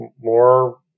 more